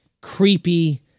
creepy